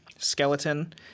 skeleton